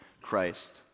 christ